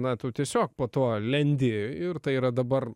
na tu tiesiog po tuo lendi ir tai yra dabar